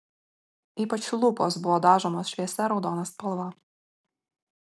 ypač lūpos buvo dažomos šviesia raudona spalva